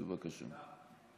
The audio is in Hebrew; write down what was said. בבקשה.